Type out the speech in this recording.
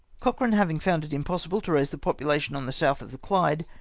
cochrane having found it impossible to raise the popula tion on the south of the clyde,